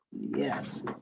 Yes